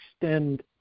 extend